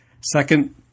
Second